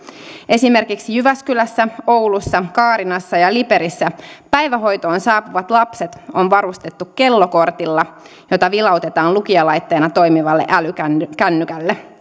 esimerkiksi jyväskylässä oulussa kaarinassa ja liperissä päivähoitoon saapuvat lapset on varustettu kellokortilla jota vilautetaan lukijalaitteena toimivalle älykännykälle